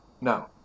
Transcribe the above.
No